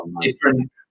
different